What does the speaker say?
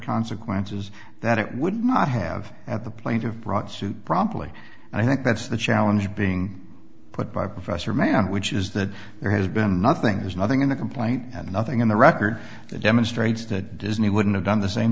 consequences that it would not have at the plaintiff brought suit promptly and i think that's the challenge being put by professor man which is that there has been nothing there's nothing in the complaint and nothing in the record that demonstrates that disney wouldn't have done the same